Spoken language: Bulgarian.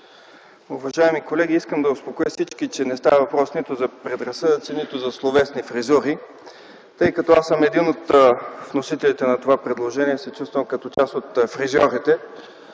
Уважаеми колеги, искам да успокоя всички, че не става въпрос нито за предразсъдъци, нито за словесни фризури, тъй като аз като един от вносителите на предложението се чувствам като част от фризьорите.